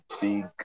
big